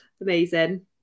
Amazing